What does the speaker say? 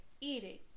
eating